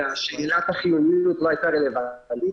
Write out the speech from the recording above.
ושאלת החיוניות לא הייתה רלבנטית,